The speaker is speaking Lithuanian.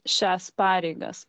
šias pareigas